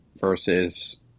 versus